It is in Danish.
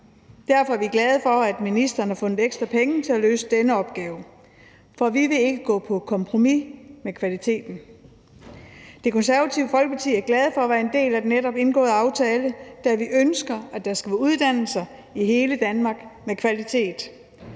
Derfor er vi glade for, at ministeren har fundet ekstra penge til at løse denne opgave, for vi vil ikke gå på kompromis med kvaliteten. Det Konservative Folkeparti er glade for at være en del af den netop indgåede aftale, da vi ønsker, at der skal være kvalitetsuddannelser i hele Denmark, og vi